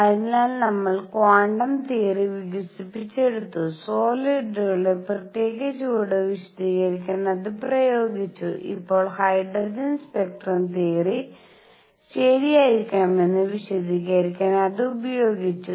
അതിനാൽ നമ്മൾ quantum theory വികസിപ്പിച്ചെടുത്തു സോളിഡുകളുടെ പ്രത്യേക ചൂട് വിശദീകരിക്കാൻ അത് പ്രയോഗിച്ചു ഇപ്പോൾ ഹൈഡ്രജൻ സ്പെക്ട്രം തിയറി ശരിയായിരിക്കണമെന്ന് വിശദീകരിക്കാൻ അത് പ്രയോഗിച്ചു